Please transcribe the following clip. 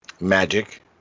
Magic